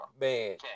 Man